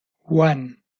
one